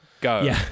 Go